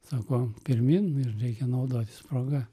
sako pirmyn ir reikia naudotis proga